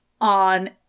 on